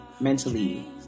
mentally